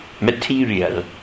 material